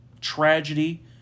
tragedy